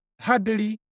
hardly